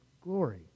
glory